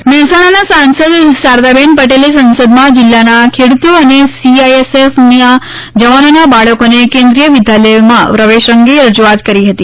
બાળકોને પ્રવેશ મહેસાણાના સાંસદ શારદાબેન પટેલે સંસદમાં જીલ્લાના ખેડૂતો અને સીઆઇએસએફ ના જવાનોના બાળકોને કેન્દ્રિય વિદ્યાલયમાં પ્રવેશ અંગે રજૂઆત કરી હતી